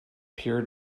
pure